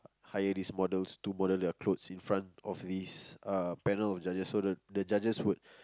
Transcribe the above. hire these models to model their clothes in front of these uh panel of judges so the the judges would